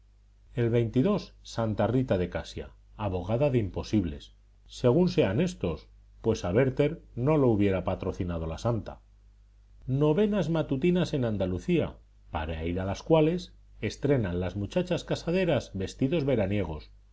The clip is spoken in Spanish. el santa rita de casia abogada de imposibles según sean éstos pues a werther no lo hubiera patrocinado la santa novenas matutinas en andalucía para ir a las cuales estrenan las muchachas casaderas vestidos veraniegos